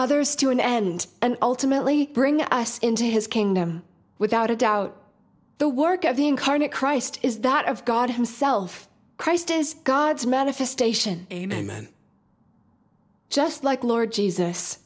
others to an end and ultimately bring us into his kingdom without a doubt the work of the incarnate christ is that of god himself christ is god's manifestation amen just like lord jesus